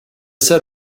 set